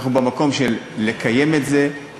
אנחנו במקום של לקיים את זה,